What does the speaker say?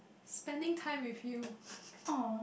spending time with you